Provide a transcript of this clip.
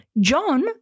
John